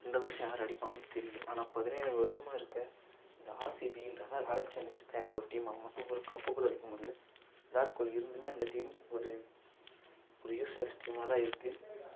இந்த வருஷம் யாரு அடிப்பாங்கன்னு தெரியலை ஆனால் பதினேழு வருஷமாக இருக்க இந்த ஆர்சிபின்ற ராயல் சேஞ்சஸ் பெங்களூர் டீம் அவங்க மட்டும் ஒரு கப்பு கூட அடிக்க முடியல விராட் கோலி இருந்துமே அந்த டீம் ஒரு ஒரு யூஸ்லஸ் டீமாக தான் இருக்கு